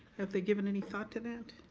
have they given any thought to that?